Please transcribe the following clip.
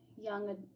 young